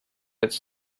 its